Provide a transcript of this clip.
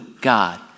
God